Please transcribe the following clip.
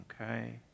Okay